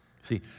See